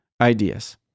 ideas